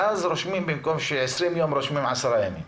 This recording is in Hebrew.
ואז במקום "20 ימים" רושמים "10 ימים",